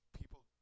people